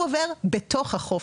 הוא עובר בתוך החוף.